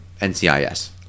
ncis